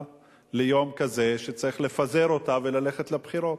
ליום כזה שצריך לפזר אותה וללכת לבחירות.